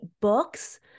books